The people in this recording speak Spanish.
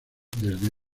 desde